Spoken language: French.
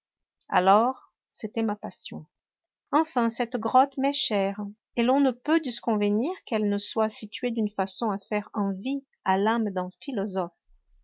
alors c'était ma passion enfin cette grotte m'est chère et l'on ne peut disconvenir qu'elle ne soit située d'une façon à faire envie à l'âme d'un philosophe